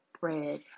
bread